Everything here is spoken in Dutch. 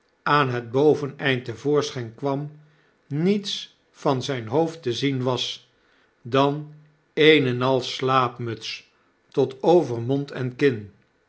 aan het boveneind te voorschijnkwam niets van zijn hoofd te zien was dan een en al slaapmuts tot over mond en kin